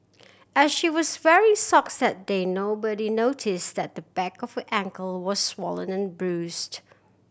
as she was wearing socks that day nobody noticed that the back of her ankle was swollen and bruised